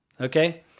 Okay